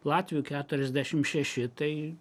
latvių keturiasdešim šeši tai